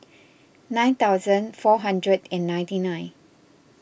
nine thousand four hundred and ninety nine